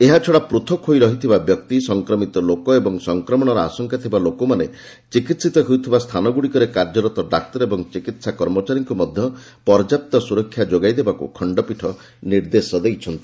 ଏହାଛଡ଼ା ପୃଥକ ହୋଇ ରହିଥିବା ବ୍ୟକ୍ତି ସଂକ୍ରମିତ ଲୋକ ଓ ସଂକ୍ରମଣର ଆଶଙ୍କା ଥିବା ଲୋକମାନେ ଚିକିିିତ ହେଉଥିବା ସ୍ଥାନଗୁଡ଼ିକରେ କାର୍ଯ୍ୟରତ ଡାକ୍ତର ଓ ଚିକିତ୍ସା କର୍ମଚାରୀମାନଙ୍କୁ ମଧ୍ୟ ପର୍ଯ୍ୟାପ୍ତ ସୁରକ୍ଷା ଯୋଗାଇ ଦେବାକୁ ଖଣ୍ଡପୀଠ ନିର୍ଦ୍ଦେଶ ଦେଇଛନ୍ତି